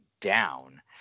down